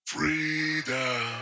Freedom